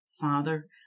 Father